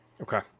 Okay